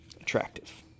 attractive